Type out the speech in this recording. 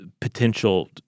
potential